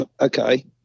Okay